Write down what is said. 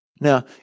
Now